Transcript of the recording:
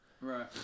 Right